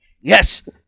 Yes